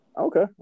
Okay